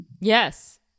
yes